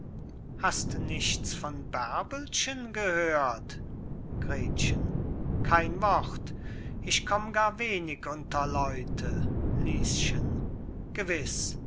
hast nichts von bärbelchen gehört gretchen kein wort ich komm gar wenig unter leute lieschen gewiß